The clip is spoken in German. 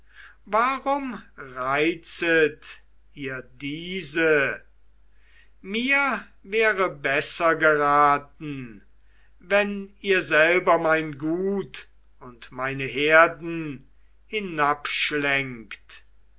warum reizet ihr diese mir wäre besser geraten wenn ihr selber mein gut und meine herden